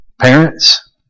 Parents